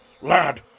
lad